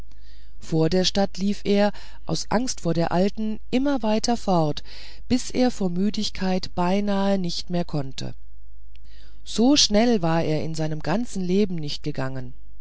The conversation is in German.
vor der stadt lief er aus angst vor der alten immer weiter fort bis er vor müdigkeit beinahe nicht mehr konnte so schnell war er in seinem ganzen leben nicht gegangen